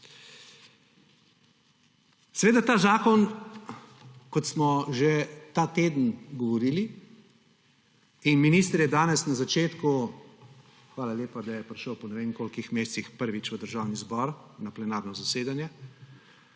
Seveda ta zakon, kot smo že ta teden govorili, in minister je danes na začetku – hvala lepa, da je prišel po ne vem kolikih mesecih prvič v Državni zbor na plenarno zasedanje